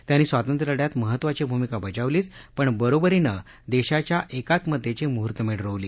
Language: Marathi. त्यांनी स्वांतत्र्यलढ्यात महत्वाची भूमिका बजावलीच पण बरोबरीनं देशाच्या एकात्मतेची मुहर्तमेढ रोवली